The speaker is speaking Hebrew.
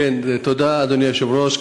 אדוני היושב-ראש,